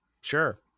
sure